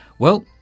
well,